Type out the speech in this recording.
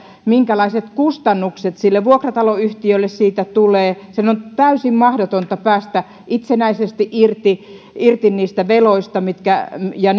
minkälaiset kustannukset sille vuokrataloyhtiölle siitä tulee sen on täysin mahdotonta päästä itsenäisesti irti irti niistä veloista ja